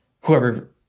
whoever